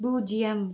பூஜ்ஜியம்